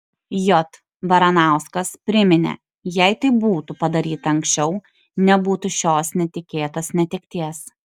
j varanauskas priminė jei tai būtų padaryta anksčiau nebūtų šios netikėtos netekties